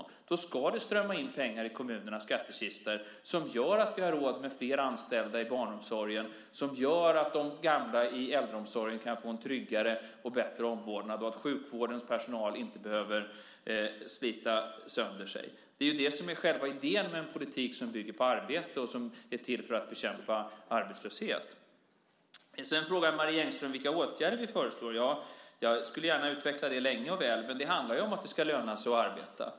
Då ska det strömma in pengar i kommunernas skattekistor, vilket gör att vi har råd med flera anställda i barnomsorgen, att de gamla i äldreomsorgen kan få en tryggare och bättre omvårdnad och att sjukvårdens personal inte behöver slita sönder sig. Det är ju själva idén med en politik som bygger på arbete och är till för att bekämpa arbetslöshet. Marie Engström frågar vilka åtgärder vi föreslår. Jag skulle gärna utveckla det både länge och väl, men i korthet handlar det om att det ska löna sig att arbeta.